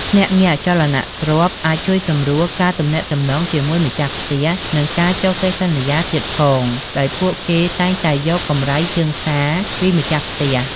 ភ្នាក់ងារអចលនទ្រព្យអាចជួយសម្រួលការទំនាក់ទំនងជាមួយម្ចាស់ផ្ទះ និងការចុះកិច្ចសន្យាទៀតផង ដោយពួកគេតែងតែយកកម្រៃជើងសារពីម្ចាស់ផ្ទះ។